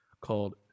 called